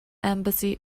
embassy